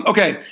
Okay